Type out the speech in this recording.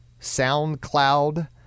SoundCloud